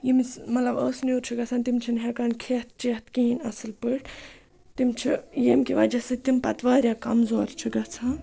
ییٚمِس مطلب ٲسہٕ نیوٗر چھِ گژھان تِم چھِنہٕ ہٮ۪کان کھٮ۪تھ چٮ۪تھ کِہیٖنۍ اَصٕل پٲٹھۍ تِم چھِ ییٚمکہِ وجہ سۭتۍ تِم پَتہٕ واریاہ کمزور چھِ گژھان